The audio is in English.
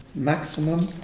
maximum.